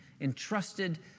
entrusted